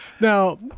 Now